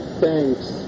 thanks